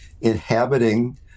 inhabiting